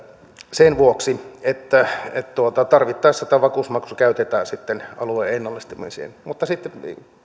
sen vuoksi että tarvittaessa tämä vakuusmaksu käytetään sitten alueen ennallistamiseen mutta sitten